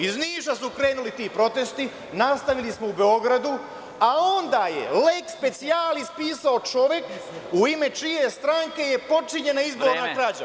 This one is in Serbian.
Iz Niša su krenuli ti protesti, nastavili smo u Beogradu, a onda je leks specijalis pisao čovek u ime čije stranke je počinjena izborna krađa.